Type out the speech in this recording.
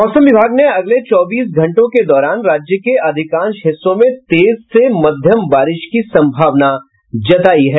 मौसम विभाग ने अगले चौबीस घंटों के दौरान राज्य के अधिकांश हिस्सों में तेज से मध्यम बारिश की सम्भावना जतायी है